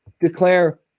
declare